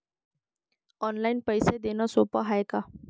Online पैसे देण सोप हाय का?